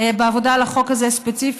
בעבודה על החוק הזה ספציפית,